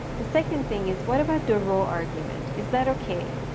the second thing is what about the row argument? is that okay?